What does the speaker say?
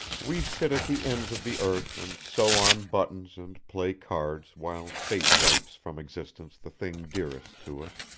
we sit at the ends of the earth and sew on buttons and play cards while fate wipes from existence the thing dearest to us.